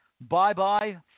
Bye-bye